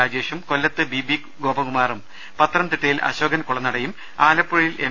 രാജേഷും കൊല്ലത്ത് B B ഗോപകുമാറും പത്തനംതിട്ടയിൽ അശോകൻ കുളനടയും ആലപ്പുഴയിൽ എം